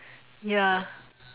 ya